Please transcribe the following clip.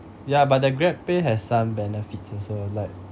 ya but the grabpay has some benefits also like